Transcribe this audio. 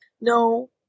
no